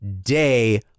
day